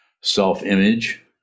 self-image